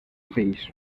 fills